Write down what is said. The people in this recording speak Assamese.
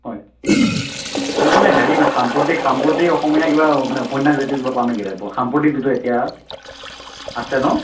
হয় মোক মানে হেৰি মানে সাম্প্ৰতিক সাম্প্ৰতিক অসমীয়া কিবা মানে উপন্যাস জাতীয় কিবা পাম নেকি তাত সাম্প্ৰতিক যিটো এতিয়া আছে ন